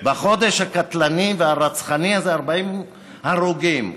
בחודש הקטלני והרצחני הזה, 40 הרוגים.